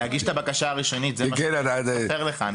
להגיש את הבקשה הראשונית זה מה שאני --- לספר לך.